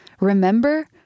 Remember